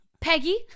Peggy